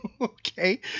Okay